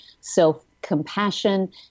Self-Compassion